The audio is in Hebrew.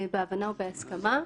בהבנה ובהסכמה.